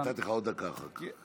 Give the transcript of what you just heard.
נתתי לך עוד דקה אחר כך.